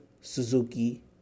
suzuki